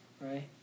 right